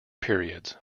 periods